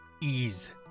Ease